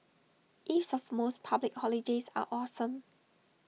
eves of most public holidays are awesome